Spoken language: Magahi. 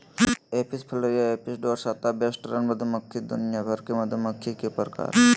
Apis florea, Apis dorsata, western मधुमक्खी दुनिया भर के मधुमक्खी के प्रकार हय